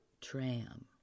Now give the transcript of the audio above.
Tram